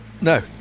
No